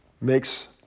makes